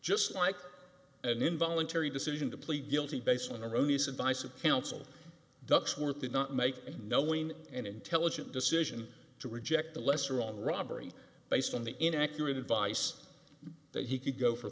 just like an involuntary decision to plead guilty based on erroneous advice of counsel ducks worth the not make knowing and intelligent decision to reject the lesser wrong robbery based on the inaccurate advice that he could go for